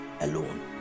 alone